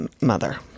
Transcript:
mother